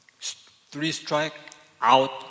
Three-strike-out